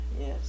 yes